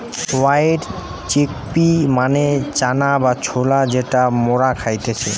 white chickpea মানে চানা বা ছোলা যেটা মরা খাইতেছে